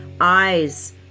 eyes